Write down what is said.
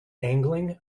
angling